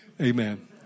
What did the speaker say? Amen